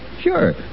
Sure